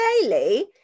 daily